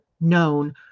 known